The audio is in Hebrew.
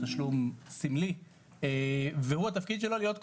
תשלום סמלי והוא התפקיד שלו זה להיות כונן,